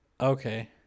okay